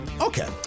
Okay